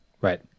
Right